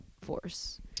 force